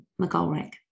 McGolrick